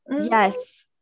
Yes